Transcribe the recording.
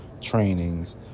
trainings